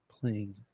playing